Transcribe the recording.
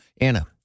Anna